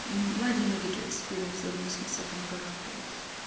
واریاہ negative experience روٗد مےٚ یُس مےٚ سیکَنٛڈ پرٛوڈَکٹ اوس